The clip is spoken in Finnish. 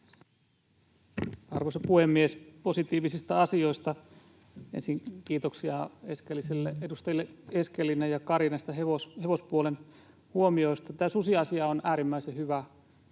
Arvoisa puhemies! Positiivisista asioista ensin. Kiitoksia edustajille Eskelinen ja Kari näistä hevospuolen huomioista. Tämä susiasia on äärimmäisen hyvä askel